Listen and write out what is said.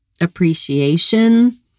appreciation